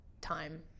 time